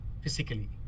physically